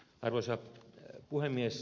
arvoisa puhemies